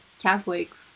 catholics